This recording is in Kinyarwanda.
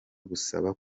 gusaba